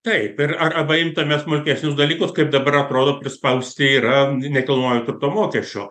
taip ir a arba imtume smulkesnius dalykus kaip dabar atrodo prispausti yra nekilnojo turto mokesčio